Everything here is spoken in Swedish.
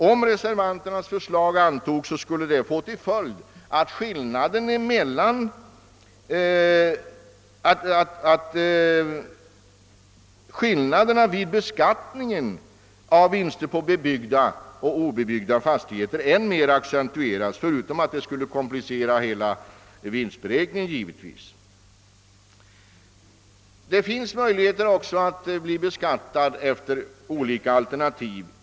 Om reservanternas förslag antogs skulle det få till följd att skillnaden vid beskattningen av vinster på bebyggda och obebyggda fastigheter än mera accentuerades, förutom att detta givetvis skulle komplicera hela vinstberäkningen. Det finns också möjligheter att bli beskattad efter olika beräkningsalternativ.